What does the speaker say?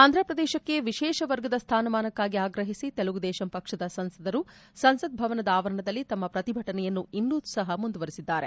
ಆಂಧ್ರಪ್ರದೇಶಕ್ಕೆ ವಿಶೇಷ ವರ್ಗದ ಸ್ಥಾನಮಾನಕ್ಕಾಗಿ ಆಗ್ರಹಿಸಿ ತೆಲುಗುದೇಶಂ ಪಕ್ಷದ ಸಂಸದರು ಸಂಸತ್ ಭವನದ ಆವರಣದಲ್ಲಿ ತಮ್ಮ ಪ್ರತಿಭಟನೆಯನ್ನು ಇಂದೂ ಸಹ ಮುಂದುವರಿಸಿದ್ದಾರೆ